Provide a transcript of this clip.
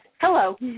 Hello